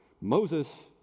Moses